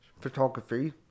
photography